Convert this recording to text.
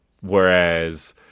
Whereas